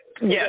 Yes